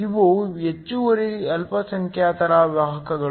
ಇವು ಹೆಚ್ಚುವರಿ ಅಲ್ಪಸಂಖ್ಯಾತರ ವಾಹಕಗಳು